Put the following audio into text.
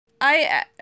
I-